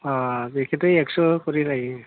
अ बेखोथ' एकस' करि लायो